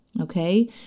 okay